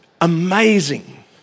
amazing